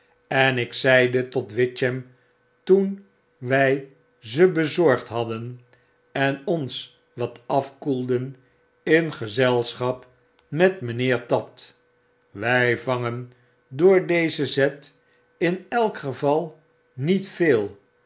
en ik zeide tot witchem toen wy ze bezorgd hadden en ons wat afkoelden in gezelschap met mynheer tatt wy vangen door d e z e n zet in elk geval niet veel